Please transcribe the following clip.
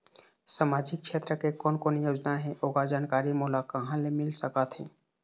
सामाजिक क्षेत्र के कोन कोन योजना हे ओकर जानकारी मोला कहा ले मिल सका थे?